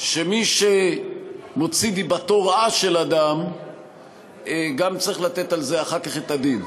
שמי שמוציא דיבתו של אדם רעה גם צריך לתת על זה אחר כך את הדין.